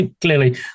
clearly